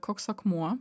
koks akmuo